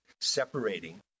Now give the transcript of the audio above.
separating